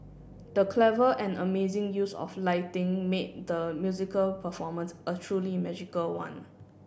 the clever and amazing use of lighting made the musical performance a truly magical one